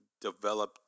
develop